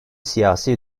siyasi